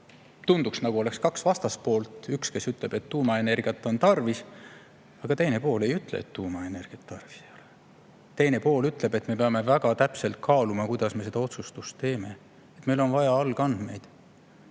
tundub, nagu oleks kaks vastaspoolt: üks, kes ütleb, et tuumaenergiat on tarvis, teine pool aga ei ütle, et tuumaenergiat tarvis ei ole. Teine pool ütleb, et me peame väga täpselt kaaluma, kuidas me seda otsustust teeme. Meil on vaja algandmeid.